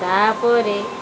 ତାପରେ